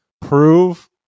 prove